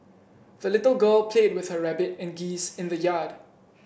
the little girl played with her rabbit and geese in the yard